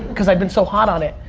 because i've been so hot on it,